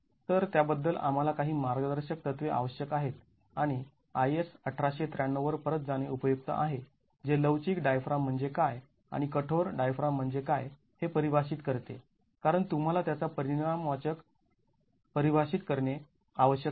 तर त्याबद्दल आम्हाला काही मार्गदर्शक तत्त्वे आवश्यक आहेत आणि IS १८९३ वर परत जाणे उपयुक्त आहे जे लवचिक डायफ्राम म्हणजे काय आणि कठोर डायफ्राम म्हणजे काय हे परिभाषित करते कारण तुम्हाला त्याचा परिणाम वाचक परिभाषित करणे आवश्यक आहे